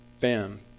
bam